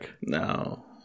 No